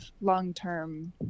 long-term